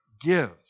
gives